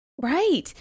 right